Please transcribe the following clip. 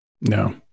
No